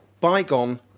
Bygone